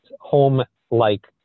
home-like